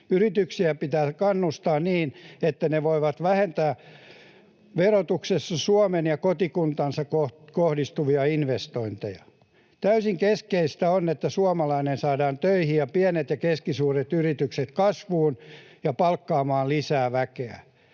Yrityksiä pitää kannustaa niin, että ne voivat vähentää verotuksessa Suomeen ja kotikuntaansa kohdistuvia investointeja. Täysin keskeistä on, että suomalainen saadaan töihin ja pienet ja keskisuuret yritykset kasvuun ja palkkaamaan lisää väkeä.